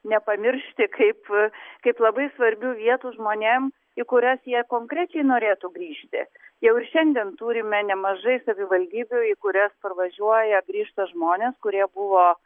nepamiršti kaip kaip labai svarbių vietų žmonėm į kurias jie konkrečiai norėtų grįžti jau ir šiandien turime nemažai savivaldybių į kurias parvažiuoja grįžta žmonės kurie buvo